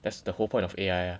that's the whole point of A_I ah